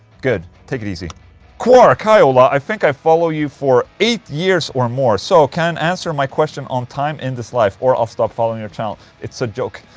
good, take it easy quark hi ola, i think i follow you for eight years or more. so can answer my question on time in this life? or i'll stop following your channel. it's a joke.